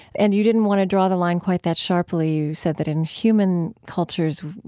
and you didn't want to draw the line quite that sharply. you said that in human cultures,